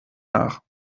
nach